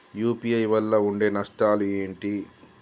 UPI వల్ల ఉండే నష్టాలు ఏంటి??